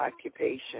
occupation